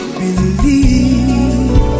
believe